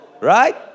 right